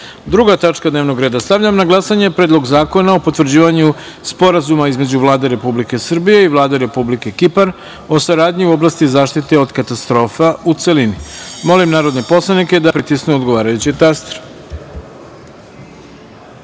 tačka dnevnog reda. Stavljam na glasanje Predlog zakona o potvrđivanju Sporazuma između Vlade Republike Srbije i Vlade Republike Kipar o saradnji u oblasti zaštite od katastrofa, u celini. Molim narodne poslanike da pritisnu odgovarajući